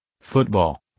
Football